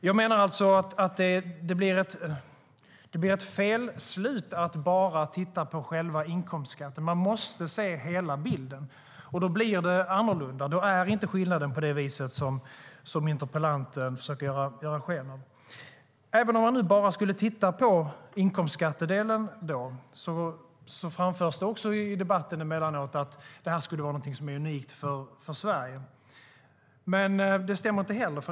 Jag menar att det blir ett felslut att bara titta på själva inkomstskatten. Man måste se hela bilden, och då blir det annorlunda. Då är inte skillnaden den som interpellanten försöker ge sken av. Även om man bara tittar på inkomstskattedelen framförs det emellanåt i debatten att det skulle vara något unikt för Sverige. Men det stämmer inte heller.